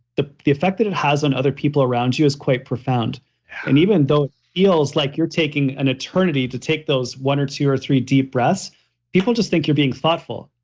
the the effect that it has on other people around you is quite profound and even though it feels like you're taking an eternity to take those one or two or three deep breaths people just think you're being thoughtful,